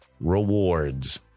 rewards